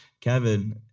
Kevin